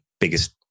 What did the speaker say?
biggest